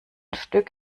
stück